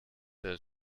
der